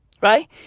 Right